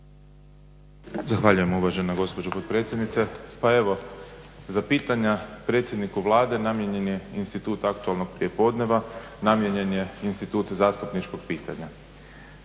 Zahvaljujem uvažena gospođo potpredsjednice. Pa evo za pitanja predsjedniku Vlade namijenjen je institut aktualnog prijepodneva, namijenjen je institut zastupničkog pitanja.